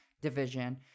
division